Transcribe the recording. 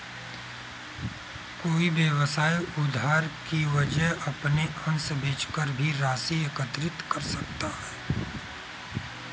कोई व्यवसाय उधार की वजह अपने अंश बेचकर भी राशि एकत्रित कर सकता है